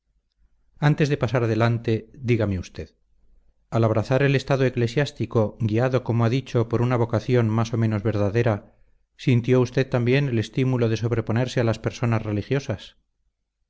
antes de pasar adelante dígame usted al abrazar el estado eclesiástico guiado como ha dicho por una vocación más o menos verdadera sintió usted también el estímulo de sobreponerse a las personas religiosas